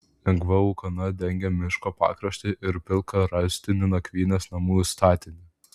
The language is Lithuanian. lengva ūkana dengė miško pakraštį ir pilką rąstinį nakvynės namų statinį